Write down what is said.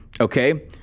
okay